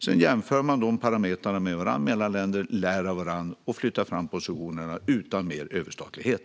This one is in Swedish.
Sedan jämför man de parametrarna med varandra, och länder lär av varandra och flyttar fram positionerna utan mer överstatlighet.